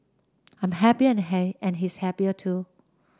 I'm happier and hey and he's happier too